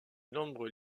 nombreux